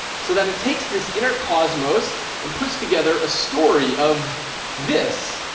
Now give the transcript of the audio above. so that it takes this inner cosmos and puts together a story of this,